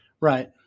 Right